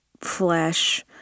flesh